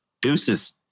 Deuces